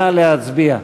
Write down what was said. נא להצביע.